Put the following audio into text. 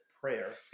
prayer